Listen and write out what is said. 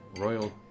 royal